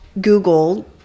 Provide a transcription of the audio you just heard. Google